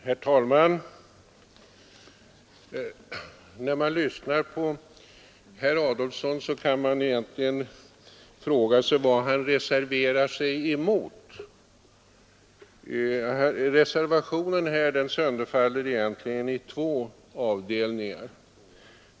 Herr talman! När man lyssnar på herr Adolfsson kan man fråga sig, vad han egentligen reserverar sig mot. Reservationen sönderfaller i två avdelningar.